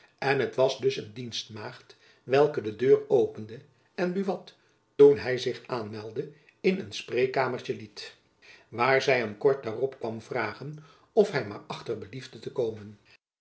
en het was dus een dienstmaagd welke de deur opende en buat toen hy zich aanmeldde in een spreekkamertjen liet jacob van lennep elizabeth musch waar zy hem kort daarop kwam vragen of hy maar achter beliefde te komen